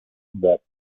moderns